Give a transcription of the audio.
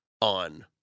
on